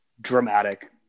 dramatic